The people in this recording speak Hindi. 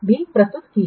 भी प्रस्तुत की है